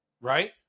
right